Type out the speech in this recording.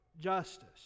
justice